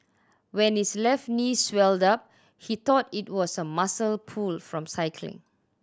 when his left knee swelled up he thought it was a muscle pull from cycling